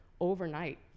overnight